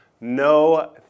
No